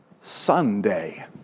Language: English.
Sunday